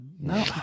no